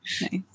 Nice